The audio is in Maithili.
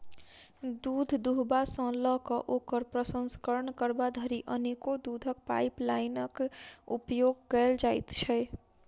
दूध दूहबा सॅ ल क ओकर प्रसंस्करण करबा धरि अनेको दूधक पाइपलाइनक उपयोग कयल जाइत छै